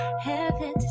heaven